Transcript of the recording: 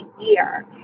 year